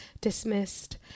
dismissed